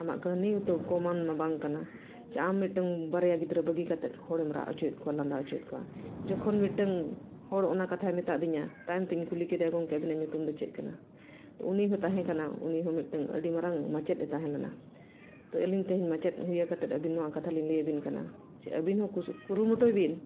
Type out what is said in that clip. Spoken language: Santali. ᱟᱢᱟᱜ ᱠᱟᱹᱦᱱᱤ ᱦᱚᱸᱛᱚ ᱠᱚᱢᱟᱱ ᱢᱟ ᱵᱟᱝ ᱠᱟᱱᱟ ᱡᱮ ᱟᱢ ᱢᱤᱫᱴᱟᱝ ᱵᱟᱨᱭᱟ ᱜᱤᱫᱽᱨᱟᱹ ᱵᱟᱹᱜᱤ ᱠᱟᱛᱮᱫ ᱦᱚᱲᱮᱢ ᱨᱟᱜ ᱦᱚᱪᱚᱭᱮᱫ ᱠᱚᱣᱟ ᱞᱟᱸᱫᱟ ᱦᱚᱪᱚᱭᱮᱫ ᱠᱚᱣᱟ ᱡᱚᱠᱷᱚᱱ ᱢᱤᱫᱴᱟᱝ ᱦᱚᱲ ᱚᱱᱟ ᱠᱟᱛᱷᱟᱭ ᱢᱮᱛᱟ ᱫᱤᱧᱟᱹ ᱛᱟᱭᱚᱢ ᱛᱮᱧ ᱠᱩᱞᱤ ᱠᱮᱫᱮᱭᱟ ᱜᱚᱝᱠᱮ ᱟᱹᱵᱤᱱᱟᱜ ᱧᱩᱛᱩᱢ ᱫᱚ ᱪᱮᱫ ᱠᱟᱱᱟ ᱛᱚ ᱩᱱᱤ ᱦᱚᱸᱭ ᱛᱟᱦᱮᱸ ᱠᱟᱱᱟ ᱩᱱᱤ ᱦᱚᱸ ᱢᱤᱫᱴᱟᱝ ᱟᱹᱰᱤ ᱢᱟᱨᱟᱝ ᱢᱟᱪᱮᱫ ᱮ ᱛᱟᱦᱮᱸ ᱞᱮᱱᱟ ᱛᱚ ᱟᱹᱞᱤᱧ ᱛᱮᱦᱮᱧ ᱢᱟᱪᱮᱫ ᱦᱩᱭ ᱠᱟᱛᱮᱫ ᱟᱹᱵᱤᱱ ᱱᱚᱣᱟ ᱠᱟᱛᱷᱟ ᱞᱤᱧ ᱞᱟᱹᱭ ᱟᱵᱤᱱ ᱠᱟᱱᱟ ᱡᱮ ᱟᱵᱤᱱ ᱦᱚᱸ ᱠᱩᱥᱤ ᱠᱩᱨᱩᱢᱩᱴᱩᱭ ᱵᱤᱱ